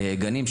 לגנים,